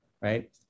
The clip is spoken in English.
Right